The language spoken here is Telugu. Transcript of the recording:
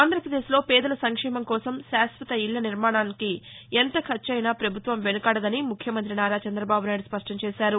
ఆంధ్రాపదేశ్లో పేదల సంక్షేమం కోసం శాశ్వత ఇళ్ల నిర్మాణానికి ఎంత ఖర్చయినా పభుత్వం వెనకాడదని ముఖ్యమంత్రి నారా చంద్రబాబు నాయుడు స్పష్టం చేశారు